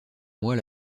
mois